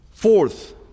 Fourth